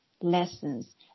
lessons